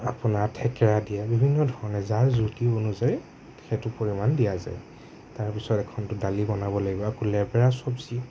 আপোনাৰ ঠেকেৰা দিয়া বিভিন্ন ধৰণে যাৰ জুতি অনুযায়ী সেইটো পৰিমাণ দিয়া যায় তাৰপিছত এখনটো দালি বনাব লাগিব আকৌ লেবেৰা চব্জি